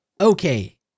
Okay